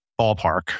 Ballpark